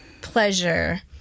pleasure